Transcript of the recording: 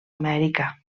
amèrica